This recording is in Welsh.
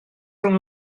rhwng